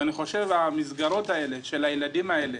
ואני חושב שהמסגרות האלה של הילדים האלה,